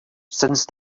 since